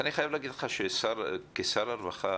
אני חייב להגיד לך שכשר הרווחה,